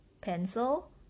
pencil